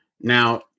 Now